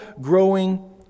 growing